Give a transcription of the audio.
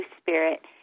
spirit